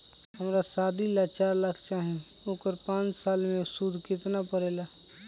हमरा शादी ला चार लाख चाहि उकर पाँच साल मे सूद कितना परेला?